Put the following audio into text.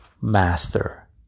master